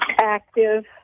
active